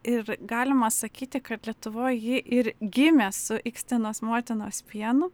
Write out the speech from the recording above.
ir galima sakyti kad lietuvoj ji ir gimė su ikstenos motinos pienu